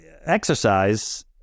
exercise